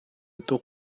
tuk